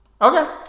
Okay